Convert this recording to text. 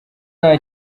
nta